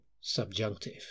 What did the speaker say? subjunctive